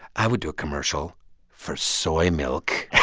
i would do a commercial for soy milk